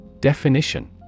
Definition